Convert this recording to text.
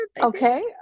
Okay